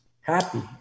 happy